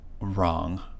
wrong